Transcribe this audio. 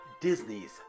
Disney's